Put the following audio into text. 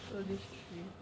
so this tree